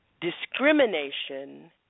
discrimination